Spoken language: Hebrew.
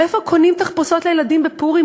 ממה קונים תחפושות לילדים בפורים,